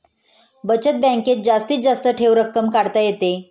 बचत बँकेत जास्तीत जास्त ठेव रक्कम काढता येते